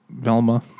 Velma